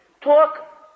talk